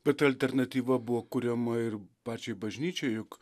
bet alternatyva buvo kuriama ir pačiai bažnyčiai juk